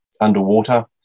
underwater